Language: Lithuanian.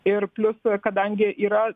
ir plius kadangi yra